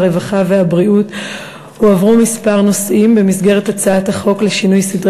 הרווחה והבריאות הועברו כמה נושאים במסגרת הצעת החוק לשינוי סדרי